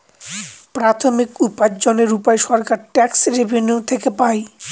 প্রাথমিক উপার্জনের উপায় সরকার ট্যাক্স রেভেনিউ থেকে পাই